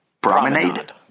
promenade